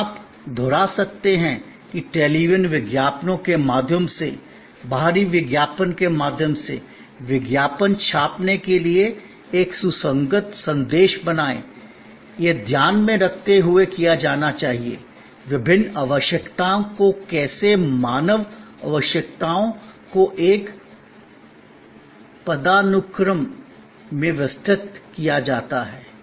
और आप दोहरा सकते हैं कि टेलीविजन विज्ञापनों के माध्यम से बाहरी विज्ञापन के माध्यम से विज्ञापन छापने के लिए एक सुसंगत संदेश बनाएं यह ध्यान में रखते हुए किया जाना चाहिए विभिन्न आवश्यकताओं को कैसे मानव आवश्यकताओं को एक पदानुक्रम में व्यवस्थित किया जाता है